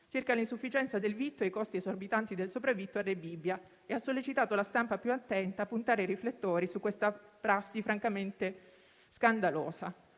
circa l'insufficienza del vitto e i costi esorbitanti del sopravvitto a Rebibbia e ha sollecitato la stampa più attenta a puntare i riflettori su questa prassi francamente scandalosa.